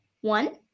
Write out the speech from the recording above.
One